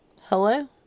Hello